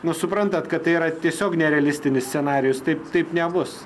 nu suprantat kad tai yra tiesiog nerealistinis scenarijus taip taip nebus